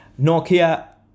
Nokia